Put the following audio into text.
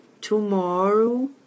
Tomorrow